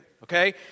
Okay